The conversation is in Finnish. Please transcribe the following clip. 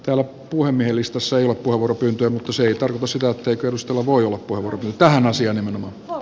se loppuu nimellistasoilla puurtanut useita runositaatteja perustulo voi olla purkin tähän asiaan o